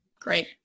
great